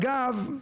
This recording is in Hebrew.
אגב,